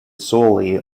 solely